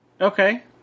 Okay